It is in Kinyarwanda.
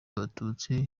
abatutsi